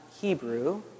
Hebrew